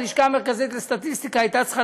הלשכה המרכזית לסטטיסטיקה הייתה צריכה